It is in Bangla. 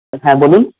হ্যাঁ বলুন